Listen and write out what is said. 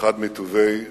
אחד מטובי בנינו,